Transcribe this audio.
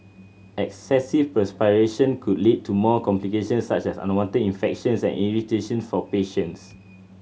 excessive perspiration could lead to more complications such as unwanted infections and irritation for patients